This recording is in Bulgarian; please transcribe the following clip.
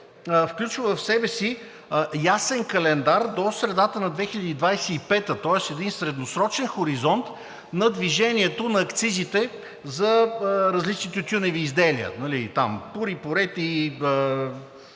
включва в себе си ясен календар до средата на 2025 г., тоест един средносрочен хоризонт на движението на акцизите за различни тютюневи изделия – пури, пурети,